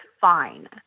fine